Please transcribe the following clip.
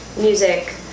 music